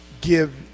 give